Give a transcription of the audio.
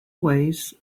ways